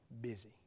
busy